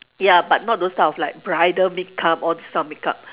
ya but not those type of like bridal makeup all these type of makeup